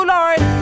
Lord